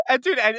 Dude